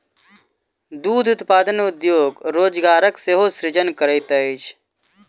दूध उत्पादन उद्योग रोजगारक सेहो सृजन करैत अछि